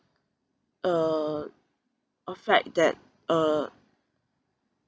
a a fact that uh